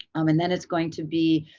um and then it's going to be,